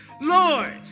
lord